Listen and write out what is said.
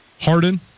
Harden